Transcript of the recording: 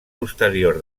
posterior